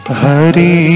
hari